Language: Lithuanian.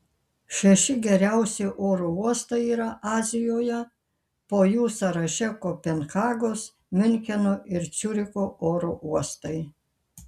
šeši geriausi oro uostai yra azijoje po jų sąraše kopenhagos miuncheno ir ciuricho oro uostai